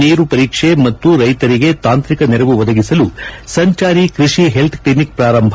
ನೀರು ಪರೀಕ್ಷೆ ಮತ್ತು ರೈತರಿಗೆ ತಾಂತ್ರಿಕ ನೆರವು ಒದಗಿಸಲು ಸಂಚಾರಿ ಕೃಷಿ ಹೆಲ್ತ್ ಕ್ಲಿನಿಕ್ ಪ್ರಾರಂಭ